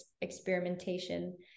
experimentation